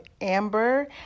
Amber